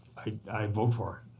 i vote for it.